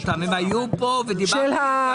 רביבו, השתלטת על המקום.